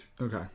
Okay